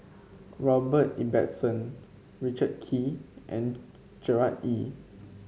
Robert Ibbetson Richard Kee and Gerard Ee